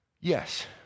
Yes